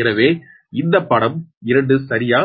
எனவே இந்த படம் 2 சரியா